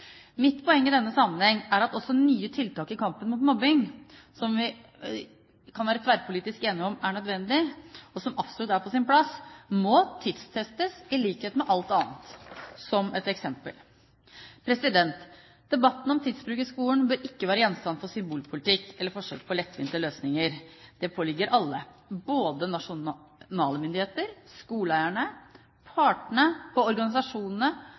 Mitt poeng i denne sammenheng er at også nye tiltak i kampen mot mobbing som vi kan være tverrpolitisk enige om er nødvendige og absolutt på sin plass, må tidstestes i likhet med alt annet, som et eksempel. Debatten om tidsbruk i skolen bør ikke være gjenstand for symbolpolitikk eller forsøk på lettvinte løsninger. Det påligger alle, både nasjonale myndigheter, skoleeierne, partene og organisasjonene,